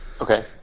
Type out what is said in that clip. Okay